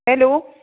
hello